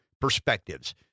perspectives –